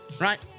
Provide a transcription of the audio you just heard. right